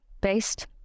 based